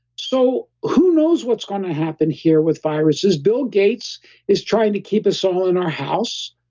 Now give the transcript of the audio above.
so who knows what's going to happen here with viruses? bill gates is trying to keep us all in our house,